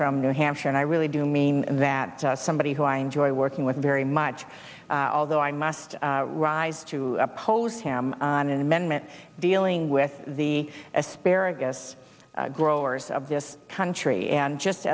from new hampshire and i really do mean that somebody who i enjoy working with very much although i must rise to oppose him on an amendment dealing with the asparagus growers of this country and just